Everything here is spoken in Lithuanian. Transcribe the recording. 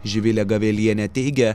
živilė gavelienė teigia